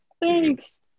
Thanks